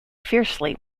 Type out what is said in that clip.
fiercely